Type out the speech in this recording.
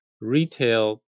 retail